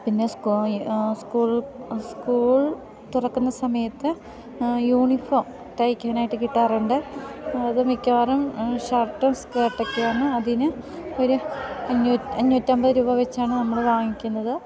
പിന്നെ school school തുറക്കുന്ന സമയത്ത് യൂണിഫോം തയ്ക്കാനായ്ട്ട് കിട്ടാറുണ്ട് അത് മിക്കവാറും ഷർട്ടും സ്കേർട്ടൊക്കെയാണ് അതിന് ഒരു അഞ്ഞൂ അഞ്ഞൂറ്റമ്പത് രൂപവെച്ചാണ് നമ്മള് വാങ്ങിക്കുന്നത്